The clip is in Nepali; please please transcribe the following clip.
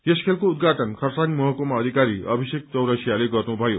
यस खेलको उद्घाटन खरसाङ महकुमा अधिकारी अभिषेक चौरसियाले गर्नुभयो